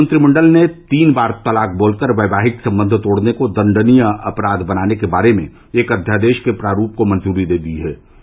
केन्द्रीय मंत्रिमंडल ने तीन बार तलाक बोलकर वैवाहिक संबंध तोड़ने को दंडनीय अपराध बनाने के बारे में एक अध्यादेश के प्रारूप को मंजूरी दे दी है